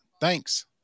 Thanks